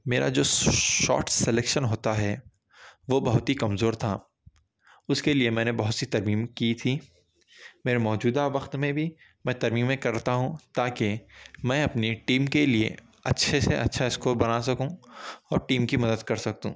میرا جو short selection ہوتا ہے وہ بہت ہی کمزور تھا اُس کے لئے میں نے بہت سی ترمیم کی تھی میں موجودہ وقت میں بھی میں ترمیمیں کرتا ہوں تا کہ میں اپنے ٹیم کے لئے اچھے سے اچھا اسکور بنا سکوں اور ٹیم کی مدد کرسکوں